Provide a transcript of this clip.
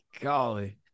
golly